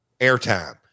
airtime